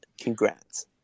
congrats